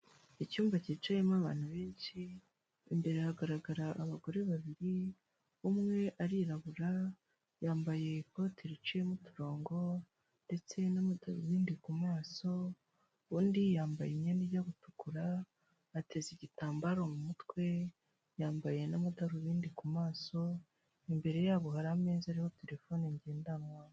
Icyumba cyicayemo abantu benshi imbere hagaragara abagore babiri, umwe arirabura yambaye ikoti riciyemo uturongo ndetse n'amadarubindi ku maso, undi yambaye imyenda ijya gutukura ateze igitambaro mu mutwe yambaye n'amadarubindi ku maso. Imbere yabo hari ameza ariho telefone ngendanwa.